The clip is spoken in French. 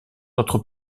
notre